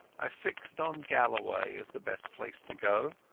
i fixed on galloway as the best place to go.